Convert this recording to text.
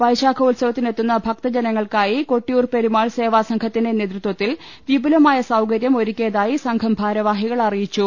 വൈശാഖോത്സവത്തിനെ ത്തുന്ന ഭക്തജനങ്ങൾക്കായി കൊട്ടിയൂർ പെരുമാൾ സേവാസംഘ ത്തിന്റെ നേതൃത്വത്തിൽ വിപൂല്മായ സൌകര്യം ഒരുക്കിയതായി സംഘം ഭാരവാഹികൾ അറിയിച്ചു